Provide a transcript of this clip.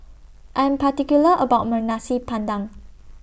I Am particular about My Nasi Padang